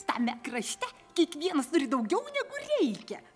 tame krašte kiekvienas turi daugiau negu reikia